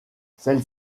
celle